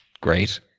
great